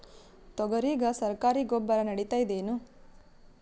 ತೊಗರಿಗ ಸರಕಾರಿ ಗೊಬ್ಬರ ನಡಿತೈದೇನು?